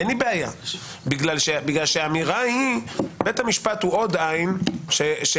אין לי בעיה בגלל שהאמירה היא שבית המשפט הוא עוד עין שמסתכלת